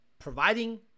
Providing